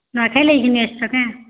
ନୂଆଖାଇ ଲାଗି ଘିନିଆସିଛ କେଁ